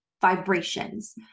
vibrations